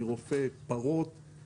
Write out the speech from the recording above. אני רופא פרות,